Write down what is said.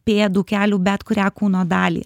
pėdų kelių bet kurią kūno dalį